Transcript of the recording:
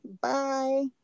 Bye